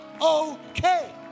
okay